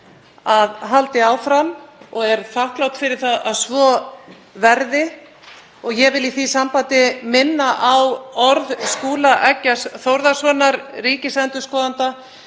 að haldi áfram og er þakklát fyrir að svo verði. Ég vil í því sambandi minna á orð Skúla Eggerts Þórðarsonar ríkisendurskoðanda